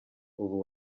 ubu